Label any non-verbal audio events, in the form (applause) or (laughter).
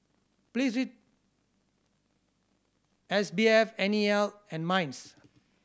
(unintelligible) S B F N E L and MINDS